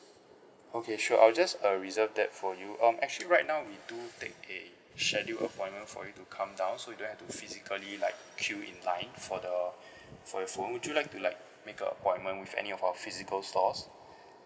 okay sure I'll just uh reserve that phone for you um actually right now we do take a schedule appointment for you to come down so you don't have to physically be like queue in line for the for your phone would you like to like make a appointment with any of our physical stores